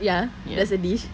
ya that's a dish